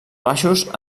baixos